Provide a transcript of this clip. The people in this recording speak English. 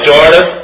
Jordan